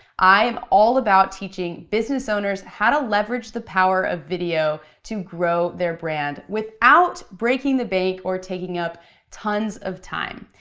i am all about teaching business owners how to leverage the power of video to grow their brand without breaking the bank or taking up tons of time.